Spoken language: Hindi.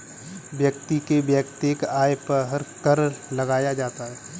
व्यक्ति के वैयक्तिक आय पर कर लगाया जाता है